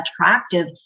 attractive